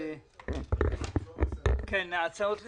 הצעות לסדר,